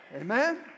Amen